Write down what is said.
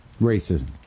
Racism